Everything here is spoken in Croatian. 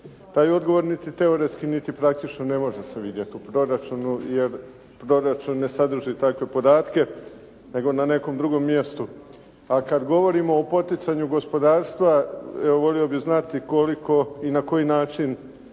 Taj odgovor niti teoretski niti praktično ne može se vidjeti u proračunu jer proračun ne sadrži takve podatke, nego na nekom drugom mjestu. A kad govorimo o poticanju gospodarstva, volio bih znati koliko i na koji način